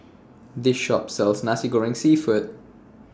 This Shop sells Nasi Goreng Seafood